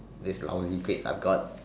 this lousy grades I've got